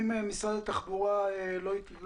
אם משרד התחבורה יסכים,